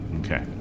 Okay